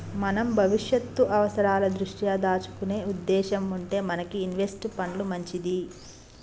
మనం భవిష్యత్తు అవసరాల దృష్ట్యా దాచుకునే ఉద్దేశం ఉంటే మనకి ఇన్వెస్ట్ పండ్లు మంచిది